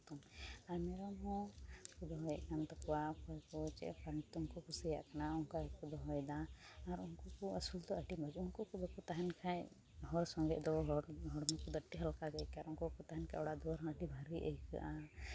ᱟᱨ ᱢᱮᱨᱚᱢ ᱦᱚᱸ ᱠᱚ ᱫᱚᱦᱚᱭᱮᱫ ᱠᱟᱱ ᱛᱟᱠᱚᱣᱟ ᱚᱠᱚᱭ ᱠᱚ ᱪᱮᱫ ᱞᱮᱠᱟᱱ ᱧᱩᱛᱩᱢ ᱠᱚ ᱠᱩᱥᱤᱭᱟᱜ ᱠᱟᱱᱟ ᱚᱝᱠᱟ ᱜᱮᱠᱚ ᱫᱚᱦᱚᱭ ᱫᱟ ᱟᱨ ᱩᱱᱠᱩ ᱠᱚ ᱟᱹᱥᱩᱞ ᱫᱚ ᱟᱹᱰᱤ ᱢᱚᱡᱽ ᱩᱝᱠᱩ ᱠᱚ ᱵᱟᱠᱚ ᱛᱟᱦᱮᱱ ᱠᱷᱟᱡ ᱦᱚᱲ ᱥᱚᱸᱜᱮ ᱫᱚ ᱦᱚᱲᱢᱚ ᱠᱚᱫᱚ ᱟᱹᱤ ᱦᱟᱞᱠᱟ ᱟᱹᱭᱠᱟᱹᱜᱼᱟ ᱟᱨ ᱩᱝᱠᱩ ᱠᱚ ᱛᱟᱦᱮᱱ ᱠᱷᱟᱡ ᱚᱲᱟᱜ ᱫᱩᱣᱟᱹᱨ ᱦᱚᱸ ᱟᱹᱰᱤ ᱵᱷᱟᱹᱨᱤ ᱟᱹᱭᱠᱟᱹᱜᱼᱟ